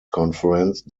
conference